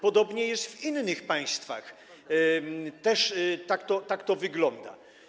Podobnie jest w innych państwach, też tak to wygląda.